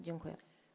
Dziękuję.